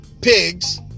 pigs